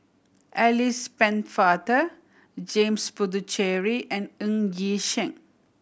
Alice Pennefather James Puthucheary and Ng Yi Sheng